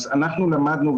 אז אנחנו למדנו,